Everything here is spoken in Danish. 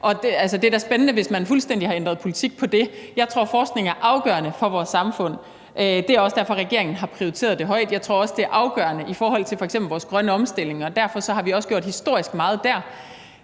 det er da spændende, hvis man fuldstændig har ændret politik på det område. Jeg tror, at forskning er afgørende for vores samfund. Det er også derfor, regeringen har prioriteret det højt. Jeg tror også, det er afgørende i forhold til f.eks. vores grønne omstilling, og derfor har vi også gjort historisk meget dér.